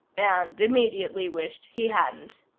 and immediately wished he hadn't.